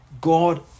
God